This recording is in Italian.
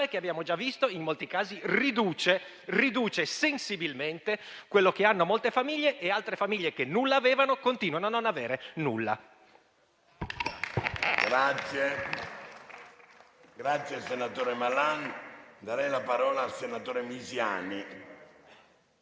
come abbiamo già visto, in molti casi riduce sensibilmente quello che ricevono molte famiglie, mentre altre famiglie che nulla avevano continuano a non avere